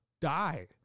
die